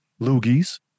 loogies